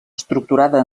estructurada